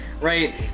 right